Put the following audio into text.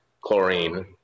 chlorine